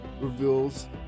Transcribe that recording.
reveals